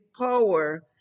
power